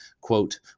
quote